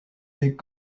les